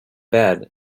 bed